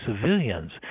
civilians